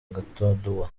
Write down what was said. agatadowa